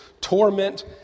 torment